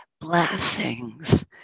blessings